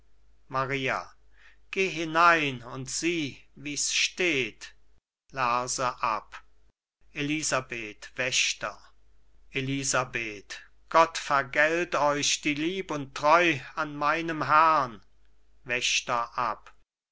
maria geh hinein und sieh wie's steht lerse ab elisabeth wächter elisabeth gott vergelt euch die lieb und treu an meinem herrn